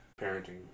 parenting